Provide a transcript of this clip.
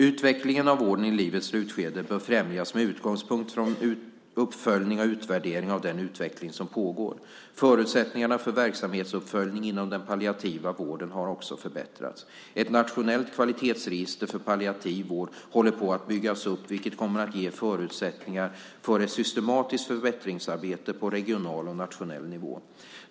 Utvecklingen av vården i livets slutskede bör främjas med utgångspunkt från uppföljning och utvärdering av den utveckling som pågår. Förutsättningarna för verksamhetsuppföljning inom den palliativa vården har också förbättrats. Ett nationellt kvalitetsregister för palliativ vård håller på att byggas upp, vilket kommer att ge förutsättningar för ett systematiskt förbättringsarbete på regional och nationell nivå.